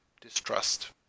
distrust